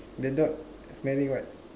the dog smelling what